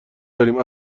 داریم